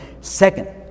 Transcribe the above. Second